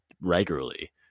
regularly